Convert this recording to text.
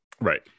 Right